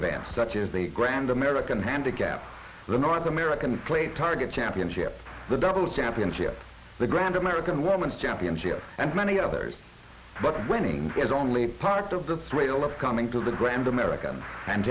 and such as the grand american handicap the north american plate target championship the doubles championship the grand american woman's championship and many others but the winning is only part of the trail of coming to the grand american and